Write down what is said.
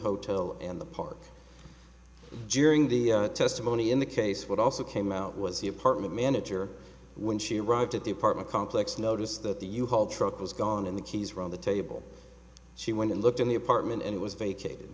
hotel and the park during the testimony in the case what also came out was the apartment manager when she arrived at the apartment complex noticed that the you haul truck was gone and the keys are on the table she went and looked in the apartment and it was vacated